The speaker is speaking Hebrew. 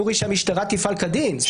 את הנושא שבאמת הכלל הפסול חל גם על עדים,